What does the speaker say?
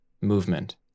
movement